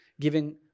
giving